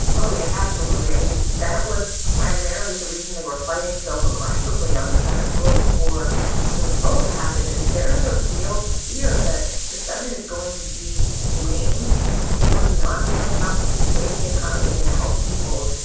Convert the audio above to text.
oh, yeah. absolutely. i mean, that was primarily the reason they were fighting so aggressively on the senate floor before the vote happened is there is a real fear that the senate is going to be blamed for not doing enough to save the economy, to help people.